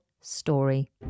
story